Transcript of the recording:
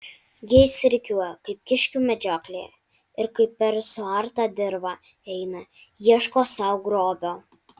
jie išsirikiuoja kaip kiškių medžioklėje ir kaip per suartą dirvą eina ieško sau grobio